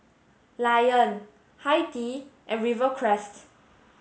lion Hi Tea and Rivercrest